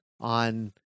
on